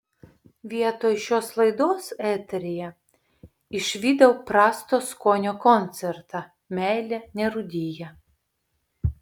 vietoj šios laidos eteryje išvydau prasto skonio koncertą meilė nerūdija